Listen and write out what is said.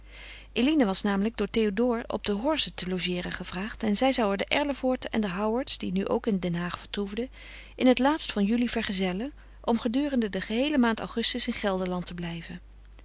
eline was namelijk door théodore op de horze te logeeren gevraagd en zij zou er de erlevoorten en de howards die nu ook in den haag vertoefden in het laatst van juli vergezellen om gedurende de geheele maand augustus in gelderland te blijven